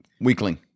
weakling